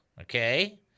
okay